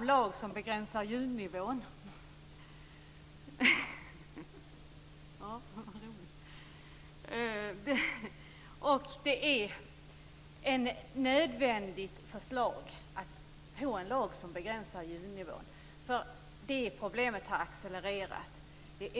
En lag som begränsar ljudnivån är ett nödvändigt förslag. Det här är ett problem som har accelererat.